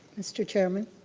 mr. chairman?